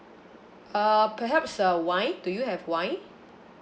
uh perhaps uh wine do you have wine